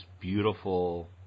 beautiful